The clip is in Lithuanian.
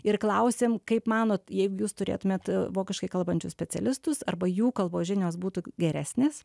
ir klausėm kaip manot jeigu jūs turėtumėt vokiškai kalbančius specialistus arba jų kalbos žinios būtų geresnės